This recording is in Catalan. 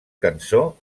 cançó